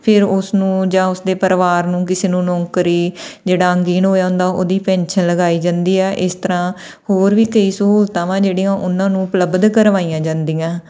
ਫਿਰ ਉਸਨੂੰ ਜਾਂ ਉਸ ਦੇ ਪਰਿਵਾਰ ਨੂੰ ਕਿਸੇ ਨੂੰ ਨੌਕਰੀ ਜਿਹੜਾ ਅੰਗਹੀਣ ਹੋਇਆ ਹੁੰਦਾ ਉਹਦੀ ਪੈਨਸ਼ਨ ਲਗਾਈ ਜਾਂਦੀ ਆ ਇਸ ਤਰਾਂ ਹੋਰ ਵੀ ਕਈ ਸਹੂਲਤਾਂ ਵਾ ਜਿਹੜੀਆਂ ਉਹਨਾਂ ਨੂੰ ਉਪਲਬਧ ਕਰਵਾਈਆਂ ਜਾਂਦੀਆਂ